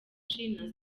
stella